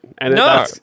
No